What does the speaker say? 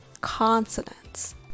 consonants